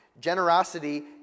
Generosity